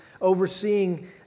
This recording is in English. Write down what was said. overseeing